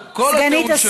לא, אתה מוציא דברים מהקשרם.